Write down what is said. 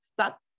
stuck